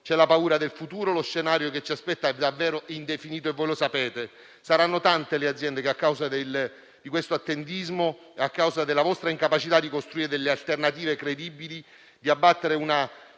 c'è la paura del futuro, lo scenario che ci aspetta è davvero indefinito, e voi lo sapete. Saranno tante le aziende che, a causa di questo attendismo, a causa della vostra incapacità di costruire alternative credibili e di abbattere